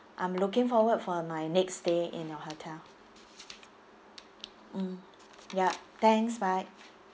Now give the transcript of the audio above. I'm looking forward for my next stay in your hotel mm yup thanks bye